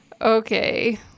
Okay